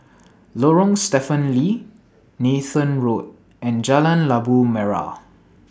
Lorong Stephen Lee Nathan Road and Jalan Labu Merah